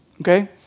Okay